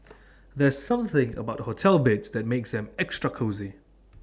there's something about hotel beds that makes them extra cosy